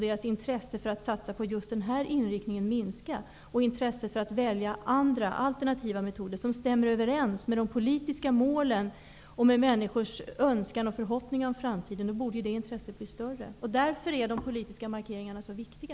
Deras intresse av att satsa på just den här inriktningen borde då rimligtvis minska, och intresset för att välja andra, alternativa metoder som stämmer överens med de politiska målen och med människors önskningar och förhoppningar inför framtiden borde bli större. Därför är de politiska markeringarna så viktiga.